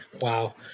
Wow